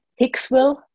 Hicksville